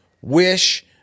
wish